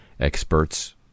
Experts